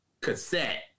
cassette